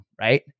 right